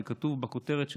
שכתוב בכותרת שלו: